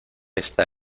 esta